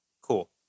Cool